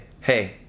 hey